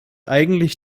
eigentlich